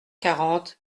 quarante